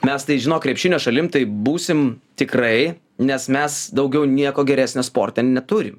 mes tai žinot krepšinio šalim taip būsim tikrai nes mes daugiau nieko geresnio sporte neturim